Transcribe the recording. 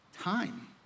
Time